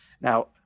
Now